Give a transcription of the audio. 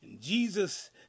Jesus